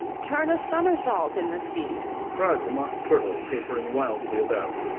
turn a somersault in the sea cried the mock turtle, capering wildly about.